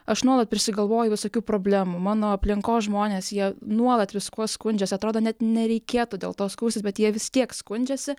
aš nuolat prisigalvoju visokių problemų mano aplinkos žmonės jie nuolat viskuo skundžias atrodo net nereikėtų dėl to skųstis bet jie vis tiek skundžiasi